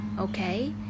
okay